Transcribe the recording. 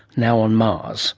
now on mars